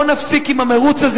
בואו נפסיק עם המירוץ הזה,